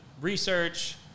research